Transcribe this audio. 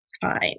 time